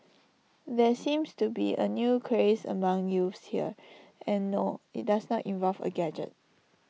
there seems to be A new craze among youths here and no IT does not involve A gadget